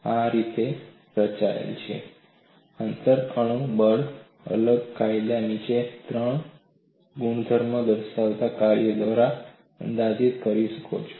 અને આ કેવી રીતે રચાયેલ છે આંતર અણુ બળ અલગ કાયદો નીચેના ત્રણ ગુણધર્મો દર્શાવતા કાર્ય દ્વારા અંદાજિત કરી શકાય છે